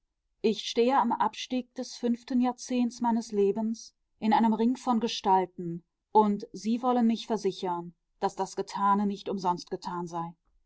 ich stehe am abstieg des fünften jahrzehnts meines lebens in einem ring von gestalten und sie wollen mich versichern daß das getane nicht umsonst getan sei